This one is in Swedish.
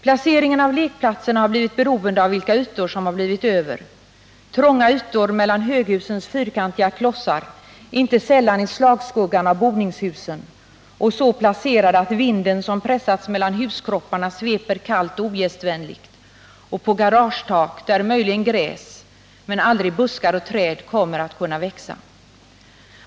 Placeringen av lekplatserna har blivit beroende av vilka ytor som har blivit över; de har placerats på trånga ytor mellan höghusens fyrkantiga klossar, inte sällan i slagskuggan av boningshusen, så placerade att vinden som pressats mellan huskropparna sveper kallt och ogästvänligt, på garagetak där möjligen gräs men aldrig buskar och träd kommer att kunna växa.